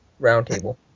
Roundtable